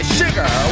sugar